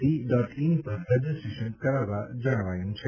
C dot in ઉપર રજીસ્ટ્રેશન કરાવવા જણાવાયું છે